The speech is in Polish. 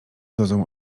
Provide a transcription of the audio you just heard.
dozą